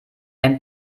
einem